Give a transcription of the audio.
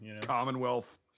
Commonwealth